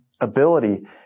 ability